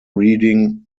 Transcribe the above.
reading